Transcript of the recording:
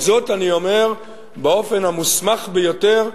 את זאת אני אומר באופן המוסמך ביותר,